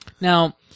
Now